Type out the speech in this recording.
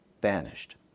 vanished